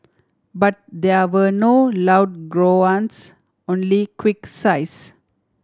but there were no loud groans only quick sighs